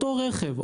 אותו רכב,